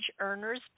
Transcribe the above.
earner's